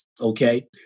Okay